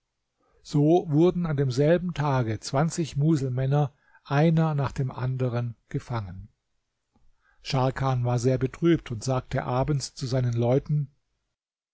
so wurden an demselben tage zwanzig muselmänner einer nach dem anderen gefangen scharkan war sehr betrübt und sagte abends zu seinen leuten